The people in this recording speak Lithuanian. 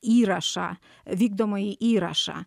įrašą vykdomąjį įrašą